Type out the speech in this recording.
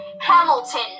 Hamilton